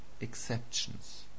exceptions